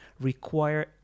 require